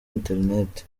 internet